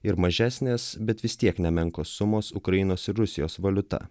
ir mažesnės bet vis tiek nemenkos sumos ukrainos ir rusijos valiuta